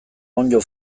onddo